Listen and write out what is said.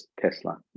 Tesla